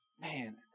Man